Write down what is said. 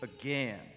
again